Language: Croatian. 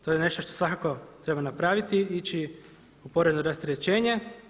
To je nešto što svakako treba napraviti i ići u porezno rasterećenje.